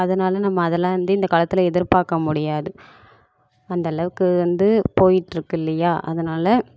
அதனால நம்ம அதெலாம் வந்து இந்த காலத்தில் எதிர்பார்க்க முடியாது அந்தளவுக்கு வந்து போயிட்டுருக்கு இல்லையா அதனால